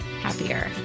happier